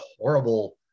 horrible